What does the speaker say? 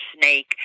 snake